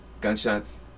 Gunshots